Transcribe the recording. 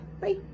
Bye